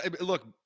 Look